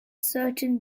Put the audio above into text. certain